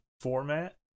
format